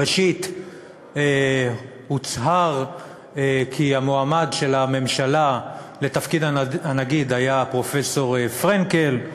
ראשית הוצהר כי המועמד של הממשלה לתפקיד הנגיד הוא פרופסור פרנקל,